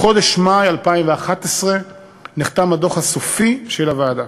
בחודש מאי 2011 נחתם הדוח הסופי של הוועדה.